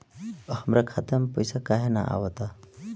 हमरा खाता में पइसा काहे ना आव ता?